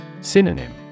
Synonym